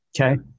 Okay